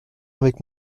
avec